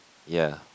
ya